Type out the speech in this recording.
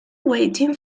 waiting